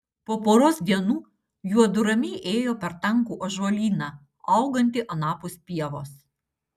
po poros dienų juodu ramiai ėjo per tankų ąžuolyną augantį anapus pievos